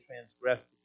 transgressed